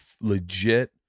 legit